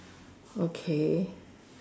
okay